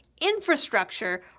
infrastructure